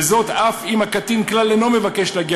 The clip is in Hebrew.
וזאת אף אם הקטין כלל אינו מבקש להגיע